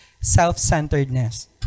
self-centeredness